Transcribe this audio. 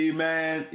Amen